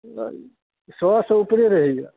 सए सऽ उपरे रहैया